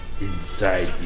Inside